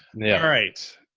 yeah. all right,